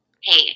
hey